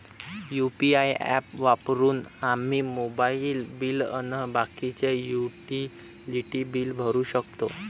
UPI app वापरून आम्ही mobile bill अन बाकीचे युटिलिटी बिल भरू शकतो